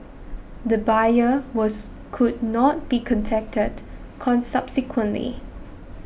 the buyer was could not be contacted con subsequently